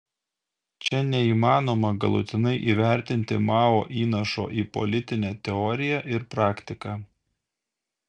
čia neįmanoma galutinai įvertinti mao įnašo į politinę teoriją ir praktiką